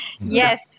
Yes